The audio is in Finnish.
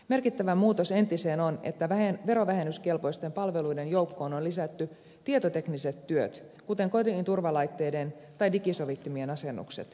merkittävä muutos entiseen on että verovähennyskelpoisten palveluiden joukkoon on lisätty tietotekniset työt kuten kodin turvalaitteiden tai digisovittimien asennukset